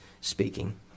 speaking